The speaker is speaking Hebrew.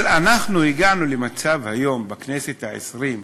אבל אנחנו הגענו למצב היום, בכנסת העשרים,